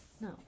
no